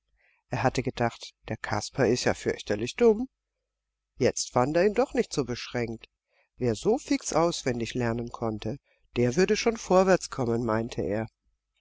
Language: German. er gedacht der kasper ist ja fürchterlich dumm jetzt fand er ihn doch nicht so beschränkt wer so fix auswendig lernen konnte der würde schon vorwärtskommen meinte er